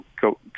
go